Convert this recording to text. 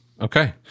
Okay